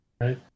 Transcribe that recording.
Right